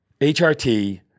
HRT